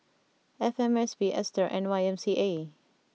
F M S P Aster and Y M C A